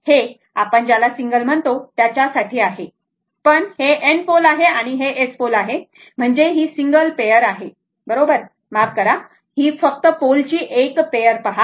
हे आपण ज्याला सिंगल म्हणतो त्याच्यासाठी आहे पण हे N पोल आहे आणि हे S पोल आहे म्हणजे ही सिंगल पेयर आहे बरोबर माफ करा फक्त पोलची एकच पेअर पहा